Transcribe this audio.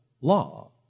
law